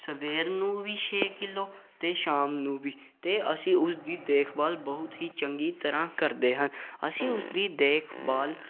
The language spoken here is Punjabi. ਸਵੇਰ ਨੂੰ ਵੀ ਛੇ ਕਿਲੋ ਅਤੇ ਸ਼ਾਮ ਨੂੰ ਵੀ ਅਤੇ ਅਸੀਂ ਉਸਦੀ ਦੇਖਭਾਲ ਬਹੁਤ ਹੀ ਚੰਗੀ ਤਰ੍ਹਾਂ ਕਰਦੇ ਹਾਂ ਅਸੀਂ ਉਸਦੀ ਦੇਖਭਾਲ